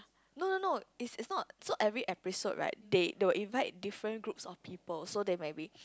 no no no it's it's not so every episode right they they will invite different groups of people so they maybe